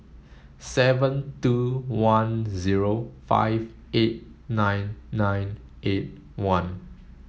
seven two one zero five eight nine nine eight one